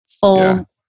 full